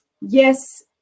yes